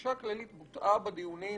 הגישה הכללית בוטאה בדיונים